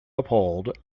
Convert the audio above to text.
uphold